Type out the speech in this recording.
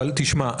אבל תשמע,